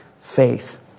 faith